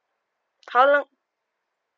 how long